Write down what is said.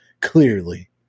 Clearly